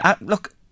Look